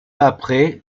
après